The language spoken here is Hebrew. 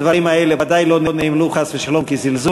הדברים האלה ודאי לא נאמרו חס ושלום כזלזול.